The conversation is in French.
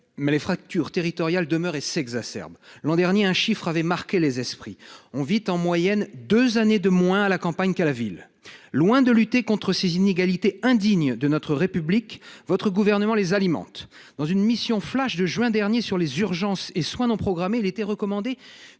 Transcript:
Mais les fractures territoriales demeurent et s'exacerbent. L'an dernier, un chiffre avait marqué les esprits : on vit en moyenne deux années de moins à la campagne qu'en ville. Loin de lutter contre ces inégalités indignes de notre République, le Gouvernement les alimente. Dans une mission flash de juin dernier sur les urgences et soins non programmés, il était indiqué